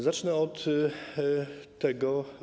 Zacznę od tego.